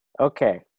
Okay